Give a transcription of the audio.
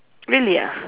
really ah